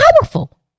powerful